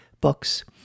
books